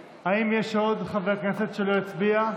יש עוד חבר כנסת באולם שלא הצביע?